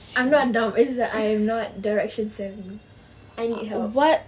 I'm not dumb is that I'm not direction savvy I need help